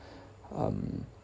um